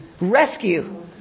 Rescue